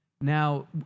Now